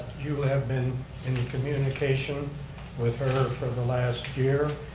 you have been in communication with her for the last year.